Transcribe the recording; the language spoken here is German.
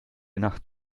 nacht